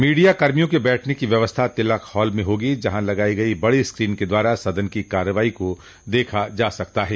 media कर्मियों के बैठने की व्यवस्था तिलक हाल में होगी जहां लगाई गई बड़ी स्क्रीन के द्वारा सदन की कार्यवाही को देखा जा सकता है